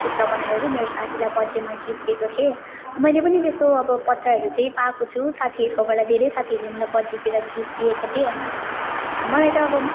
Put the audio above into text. चित्र बनाएर चाहिँ मेरो साथीलाई बर्थडेमा गिफ्ट दिएको थिएँ मैले पनि त्यस्तो अब पत्रहरू चाहिँ पाएको छु साथीहरूकोबाट धेरै साथीहरूले मलाई बर्थडेतिर गिफ्ट दिएका थिए अन्त मलाई त अब